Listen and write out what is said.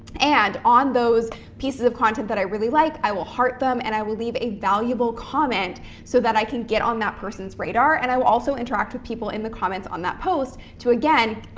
and on those pieces of content that i really like, i will heart them and i will leave a valuable comment so that i can get on that person's radar. and i will also interact with people in the comments on that post to, again,